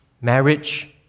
marriage